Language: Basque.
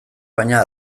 baina